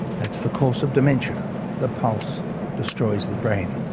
that's the course of dementia the pulse destroys the brain